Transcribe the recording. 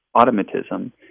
automatism